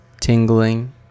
tingling